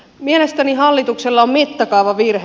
mielestäni hallituksella on mittakaavavirhe